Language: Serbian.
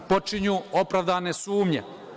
Počinju opravdane sumnje.